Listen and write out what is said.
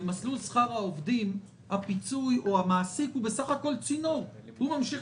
במסלול שכר העובדים המעסיק הוא בסך הכול צינור לפיצוי הוא ממשיך